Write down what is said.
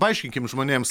paaiškinkim žmonėms